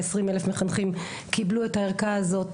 כ-20 אלף מחנכים קיבלו את הערכה הזאת,